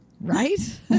Right